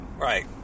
Right